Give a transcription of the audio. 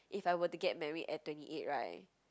if I were to get married at twenty eight [right]